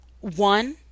one